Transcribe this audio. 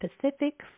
Pacific